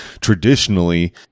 traditionally